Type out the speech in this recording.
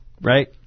Right